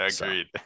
Agreed